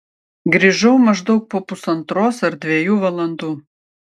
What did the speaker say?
grįžau maždaug po pusantros ar dviejų valandų